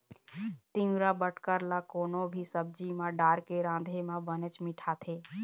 तिंवरा बटकर ल कोनो भी सब्जी म डारके राँधे म बनेच मिठाथे